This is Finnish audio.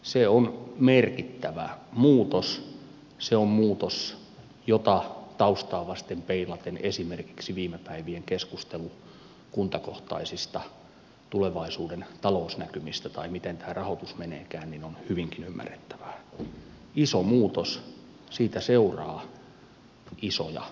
se on merkittävä muutos se on muutos jota taustaa vasten peilaten esimerkiksi viime päivien keskustelu kuntakohtaisista tulevaisuuden talousnäkymistä tai siitä miten tämä rahoitus meneekään on hyvinkin ymmärrettävää iso muutos siitä seuraa isoja muutoksia